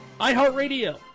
iHeartRadio